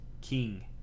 king